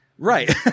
Right